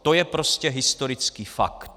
To je prostě historický fakt.